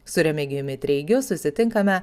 su remigijumi treigiu susitinkame